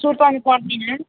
सुर्ताउनु पर्दैन